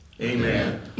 Amen